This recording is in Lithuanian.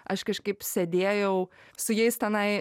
aš kažkaip sėdėjau su jais tenai